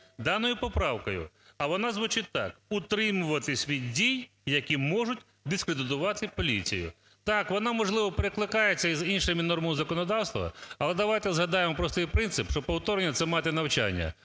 Даною поправкою, а вона звучить так: утримуватися від дій, які можуть дискредитувати поліції. Так, вона, можливо, перекликається із іншими нормами законодавства, але давайте згадаємо простий принцип, що повторення – це мати навчання.